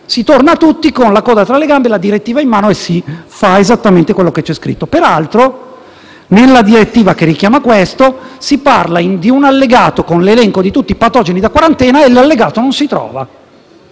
si torna tutti con la coda tra le gambe, la direttiva in mano e si fa esattamente quello che c'è scritto. Peraltro, nella direttiva richiamata in questo caso si parla in di un allegato con l'elenco di tutti i patogeni da quarantena e l'allegato non si trova.